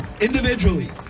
individually